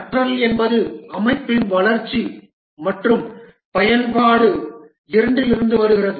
கற்றல் என்பது அமைப்பின் வளர்ச்சி மற்றும் பயன்பாடு இரண்டிலிருந்தும் வருகிறது